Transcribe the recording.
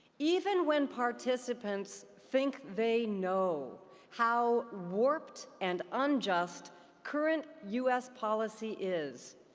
even when participants think they know how warped and unjust current us policy is,